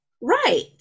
right